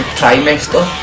trimester